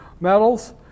metals